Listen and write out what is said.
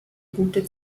gute